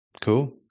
Cool